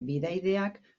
bidaideak